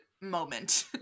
moment